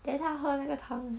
then 他喝那个汤